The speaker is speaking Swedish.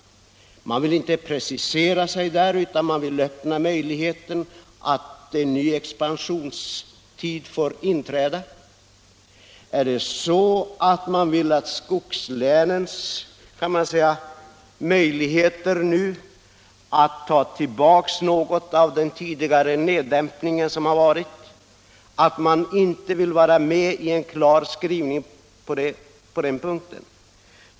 De vill inte precisera sig men vill hålla möjligheten öppen för en ny expansionstid där. De vill ge skogslänen vissa möjligheter att ta tillbaka något av den tidigare nedgången men vill inte vara med om en klar skrivning på den punkten.